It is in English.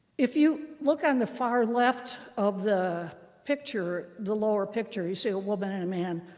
if you look on the far left of the picture, the lower picture, you see a woman and a man.